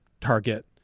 Target